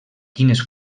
quines